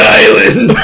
island